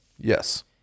Yes